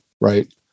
right